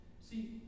See